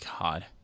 God